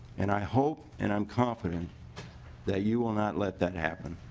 and i hope and i'm confident that you will not let that happen.